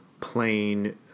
plain